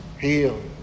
heal